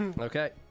Okay